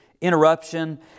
interruption